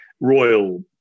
royal